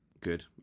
Good